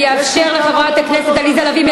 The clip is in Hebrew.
אני אאפשר לחברת הכנסת עליזה לביא,